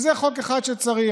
זה חוק אחד שצריך.